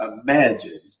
imagine